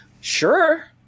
Sure